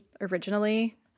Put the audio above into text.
originally